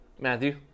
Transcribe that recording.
Matthew